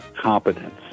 competence